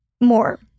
more